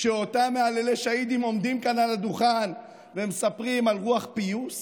כשאותם מהללי שהידים עומדים כאן על הדוכן ומספרים על רוח פיוס,